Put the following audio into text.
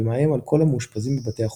ומאיים על כל המאושפזים בבתי החולים.